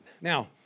Now